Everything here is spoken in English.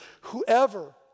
whoever